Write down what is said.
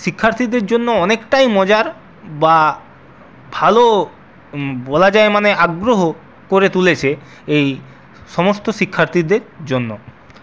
শিক্ষার্থীদের জন্য অনেকটাই মজার বা ভালো বলা যায় মানে আগ্রহ করে তুলেছে এই সমস্ত শিক্ষার্থীদের জন্য